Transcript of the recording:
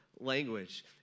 language